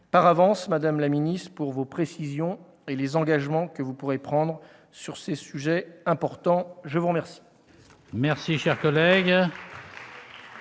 par avance, madame la ministre, pour vos précisions et les engagements que vous pourrez prendre sur ces sujets importants. La parole